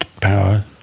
power